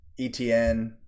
ETN